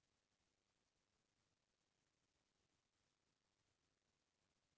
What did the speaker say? कतेक खेत ह बॉंच गय हे कका लुवाए बर?